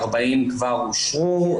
40 כבר אושרו,